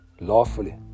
lawfully